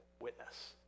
witness